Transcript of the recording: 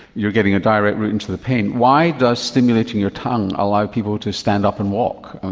you're getting a direct route into the pain. why does stimulating your tongue allow people to stand up and walk?